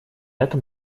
этом